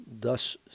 Thus